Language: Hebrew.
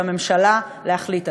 לממשלה להחליט עליהם.